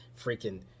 freaking